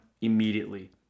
immediately